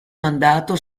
mandato